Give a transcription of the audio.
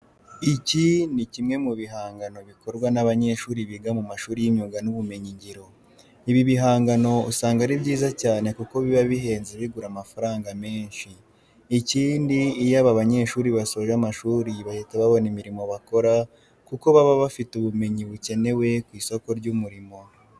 Iki ni kimwe mu bihangano bikorwa n'abanyeshuri biga mu mashuri y'imyuga n'ubumenyingiro. Ibi bigangano usanga ari byiza cyane kuko biba bihenze bigura amafaranga menshi. Ikindi iyo aba banyeshuri basoje amashuri bahita babona imirimo bakora kuko baba bafite ubumenyi bukenewe ku isoko ry'umurimo.